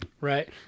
Right